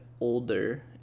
older